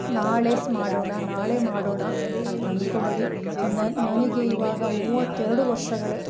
ನಾಳೆ ಸ್ ಮಾಡೋಣ ನಾಳೆ ಮಾಡೋಣ ಅಂತ ಅನ್ಕೋಬೇಡಿ ನನ್ನ ನನಗೆ ಇವಾಗ ಮೂವತ್ತೆರಡು ವರ್ಷಗಳು